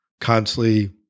constantly